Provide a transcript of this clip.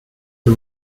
the